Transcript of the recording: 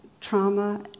trauma